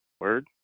Word